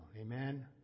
Amen